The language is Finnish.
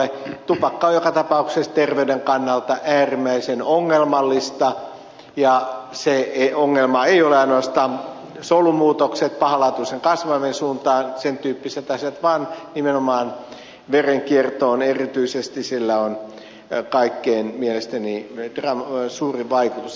tupakka on joka tapauksessa terveyden kannalta äärimmäisen ongelmallista ja se ongelma ei ole ainoastaan solumuutokset pahanlaatuisen kasvaimen suuntaan ja sen tyyppiset asiat vaan nimenomaan verenkiertoon erityisesti sillä on jo kaikkien mielestä niin että mielestäni kaikkein suurin vaikutus